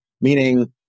meaning